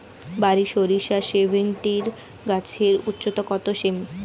বারি সরিষা সেভেনটিন গাছের উচ্চতা কত সেমি?